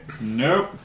Nope